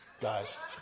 guys